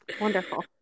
Wonderful